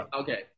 Okay